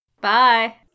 Bye